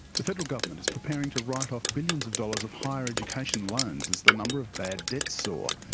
the federal government is preparing to write off billions of dollars of higher education loans as the number of bad debts soar.